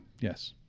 Yes